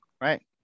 right